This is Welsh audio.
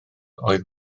oedd